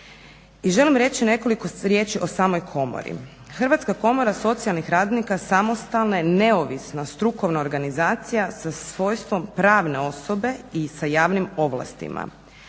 želim reći nekoliko riječi o samoj komori. Hrvatska komora socijalnih radnika samostalna je neovisna strukovna organizacija sa svojstvom pravne osobe i sa javnim ovlastima.